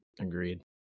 Agreed